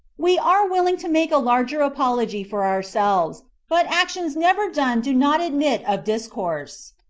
we are willing to make a larger apology for ourselves but actions never done do not admit of discourse.